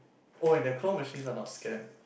oh and their claw machines are not scam